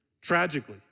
tragically